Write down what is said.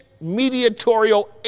mediatorial